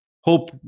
hope